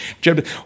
Jeb